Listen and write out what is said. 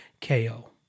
KO